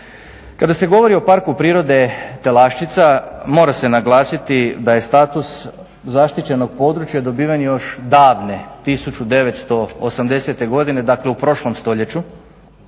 Kada se govori o Parku prirode Telašćica mora se naglasiti da je status zaštićenog područja dobiven još davne 1980l.godine dakle u prošlom stoljeću.